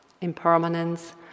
impermanence